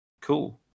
cool